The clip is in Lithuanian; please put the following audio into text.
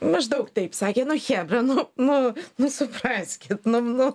maždaug taip sakė nu chebra nu nu nu supraskit nu nu